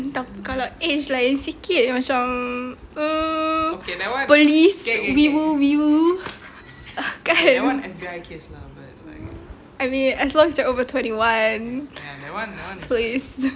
kalau age lain sikit macam um please remove remove ah kan I mean as long as you're over twenty one so it's